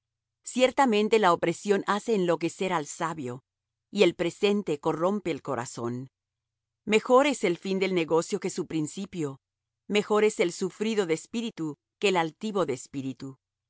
ciertamente la opresión hace enloquecer al sabio y el presente corrompe el corazón mejor es el fin del negocio que su principio mejor es el sufrido de espíritu que el altivo de espíritu